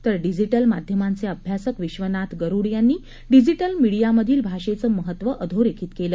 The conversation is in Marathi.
तर डिजीटल माध्यमांचे अभ्यासक विश्वनाथ गरूड यांनी डिजीटल मिडियामधील भाषेचं महत्व अधोरेखित केलं